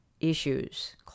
issues